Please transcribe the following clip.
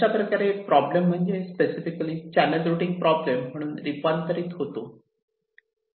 अशाप्रकारे प्रॉब्लेम म्हणजे specifically channel routing problem म्हणून रूपांतरित होतो